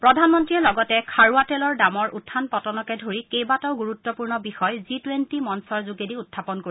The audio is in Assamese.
প্ৰধানমন্ৰীয়ে লগতে খাৰুৱা তেলৰ দামৰ উখান পতনকে ধৰি কেইবাটাও গুৰুত্পূৰ্ণ বিষয় জি টুৱেণ্টি মঞ্চৰ যোগেদি উখাপন কৰিব